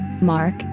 Mark